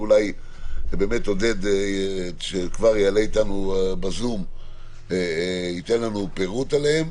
ואולי עודד שכבר יעלה איתנו בזום ייתן לנו פירוט עליהם,